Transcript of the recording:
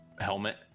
helmet